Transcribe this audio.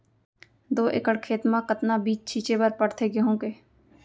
दो एकड़ खेत म कतना बीज छिंचे बर पड़थे गेहूँ के?